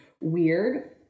weird